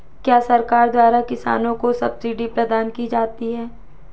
क्या सरकार द्वारा किसानों को कोई सब्सिडी प्रदान की जाती है?